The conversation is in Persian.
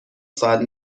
ساعت